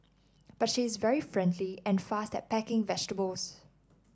but she is very friendly and fast at packing vegetables